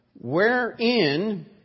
Wherein